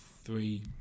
three